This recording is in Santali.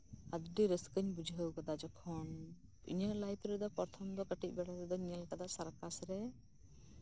ᱟᱹᱰᱤ ᱨᱟᱹᱥᱠᱟᱹᱧ ᱵᱩᱡᱷᱟᱹᱣ ᱠᱮᱫᱟ ᱡᱚᱠᱷᱚᱱ ᱤᱧ ᱞᱟᱭᱤᱯᱷ ᱨᱮᱫᱚ ᱡᱚᱠᱷᱚᱱ ᱯᱨᱚᱛᱷᱚᱢ ᱤᱧ ᱧᱮᱞ ᱠᱟᱫᱟ ᱥᱟᱨᱠᱟᱥ ᱨᱮ